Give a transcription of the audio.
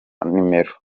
numero